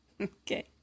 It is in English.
Okay